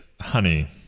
honey